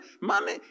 money